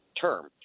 term